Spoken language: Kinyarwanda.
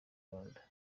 rwanda